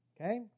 Okay